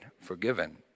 forgiven